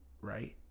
Right